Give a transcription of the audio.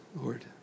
Lord